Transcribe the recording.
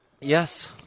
Yes